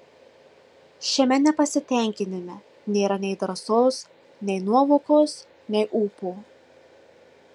šiame nepasitenkinime nėra nei drąsos nei nuovokos nei ūpo